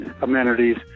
amenities